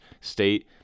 state